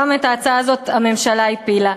גם את ההצעה הזאת הממשלה הפילה.